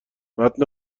متن